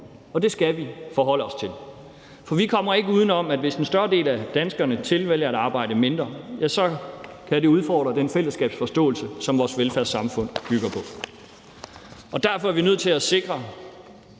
Det skal vi forholde os til, for vi kommer ikke uden om, at hvis en større del af danskerne tilvælger at arbejde mindre, ja, så kan det udfordre den fællesskabsforståelse, som vores velfærdssamfund bygger på. Derfor er vi nødt til at sikre,